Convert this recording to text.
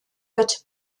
wird